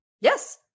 Yes